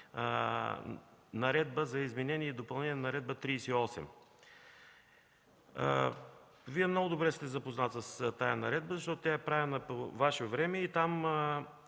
Наредба за изменение и допълнение на Наредба № 38. Вие много добре сте запознат с тази наредба, защото тя е правена по Ваше време и там